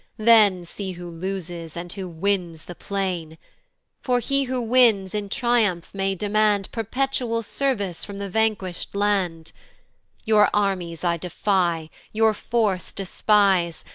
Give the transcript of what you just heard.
then see who loses, and who wins the plain for he who wins, in triumph may demand perpetual service from the vanquish'd land your armies i defy, your force despise,